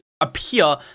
appear